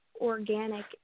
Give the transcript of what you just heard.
organic